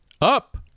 Up